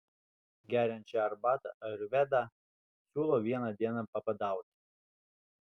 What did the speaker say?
geriant šią arbatą ajurvedą siūlo vieną dieną pabadauti